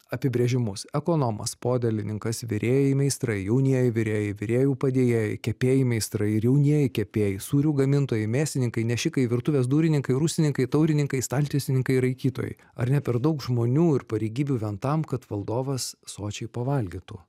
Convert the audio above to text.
apibrėžimus ekonomas podėlininkas virėjai meistrai jaunieji virėjai virėjų padėjėjai kepėjai meistrai ir jaunieji kepėjai sūrių gamintojai mėsininkai nešikai virtuvės durininkai rūsininkai taurininkai staltiesininkai raikytojai ar ne per daug žmonių ir pareigybių vien tam kad valdovas sočiai pavalgytų